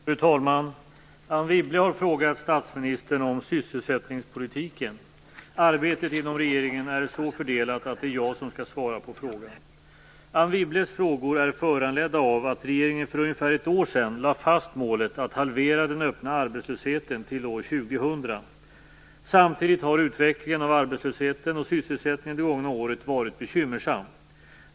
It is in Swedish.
Fru talman! Anne Wibble har frågat statsministern om sysselsättningspolitiken. Arbetet inom regeringen är så fördelat att det är jag som skall svara på frågan. Anne Wibbles frågor är föranledda av att regering för ungefär ett år sedan lade fast målet att halvera den öppna arbetslösheten till år 2000. Samtidigt har utvecklingen av arbetslösheten och sysselsättningen det gångna året varit bekymmersam.